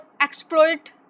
exploit